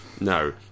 No